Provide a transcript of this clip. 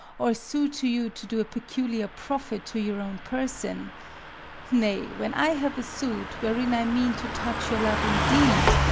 or sue to you to do a peculiar profit to your own person nay, when i have a suit wherein i mean to touch your love indeed,